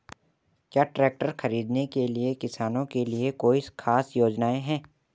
क्या ट्रैक्टर खरीदने के लिए किसानों के लिए कोई ख़ास योजनाएं हैं?